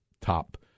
top